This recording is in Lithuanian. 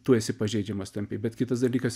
tu esi pažeidžiamas tampi bet kitas dalykas